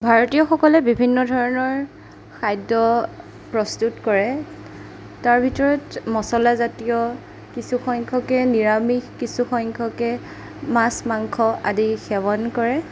ভাৰতীয়সকলে বিভিন্ন ধৰণৰ খাদ্য প্ৰস্তুত কৰে তাৰ ভিতৰত মচলা জাতীয় কিছু সংখ্যকে নিৰামিষ কিছু সংখ্যকে মাছ মাংস আদি সেৱন কৰে